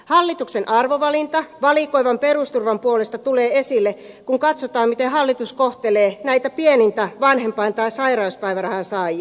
hallituksen arvovalinta valikoivan perusturvan puolesta tulee esille kun katsotaan miten hallitus kohtelee näitä pienimmän vanhempain tai sairauspäivärahan saajia